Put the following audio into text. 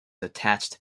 attached